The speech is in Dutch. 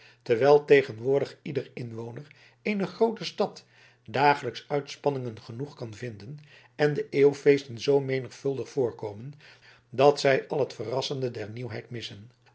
terwijl tegenwoordig ieder inwoner eener groote stad dagelijks uitspanningen genoeg kan vinden en de eeuwfeesten zoo menigvuldig voorkomen dat zij al het verrassende der nieuwheid missen